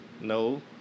No